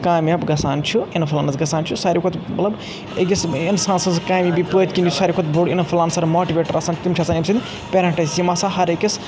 کامِیاب گژھان چھِ اِنفٕلَنٕس گژھان چھِ ساروے کھۄتہٕ مَطلَب أکِس اِنسان سٕنٛز کامیابی پٔتکِنۍ ساروے کھۄتہٕ بٔڑ اِنفٕلَنسَر ماٹِویٹَر چھِ آسان تِم چھِ آسان أمہِ سٕنٛدۍ کَرِنزٛٹ یِم آسان ہَر أکِس